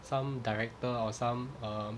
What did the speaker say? some director or some um